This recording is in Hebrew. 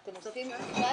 אי אפשר להצביע רק על זה.